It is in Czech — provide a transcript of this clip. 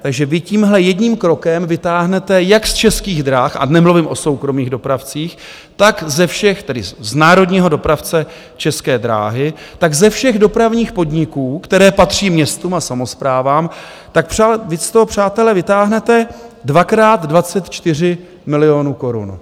Takže vy tímhle jedním krokem vytáhnete jak z Českých drah a nemluvím o soukromých dopravcích jak z národního dopravce České dráhy, tak ze všech dopravních podniků, které patří městům a samosprávám, tak vy z toho, přátelé, vytáhnete dvakrát 24 milionů korun.